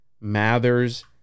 Mather's